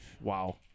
Wow